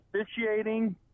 officiating